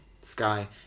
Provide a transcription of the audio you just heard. Sky